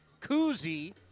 koozie